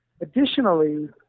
Additionally